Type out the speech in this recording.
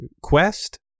Quest